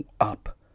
up